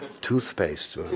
Toothpaste